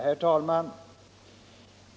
Herr talman!